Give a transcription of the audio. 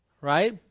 Right